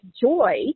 joy